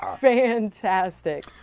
Fantastic